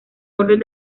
orden